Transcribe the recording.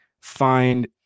find